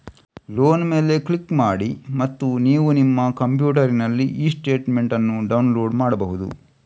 loan ಮೇಲೆ click ಮಾಡಿ ಮತ್ತು ನೀವು ನಿಮ್ಮ ಕಂಪ್ಯೂಟರಿನಲ್ಲಿ ಇ ಸ್ಟೇಟ್ಮೆಂಟ್ ಅನ್ನು ಡೌನ್ಲೋಡ್ ಮಾಡ್ಬಹುದು